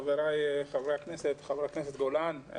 חבריי חברי הכנסת, חבר הכנסת גולן.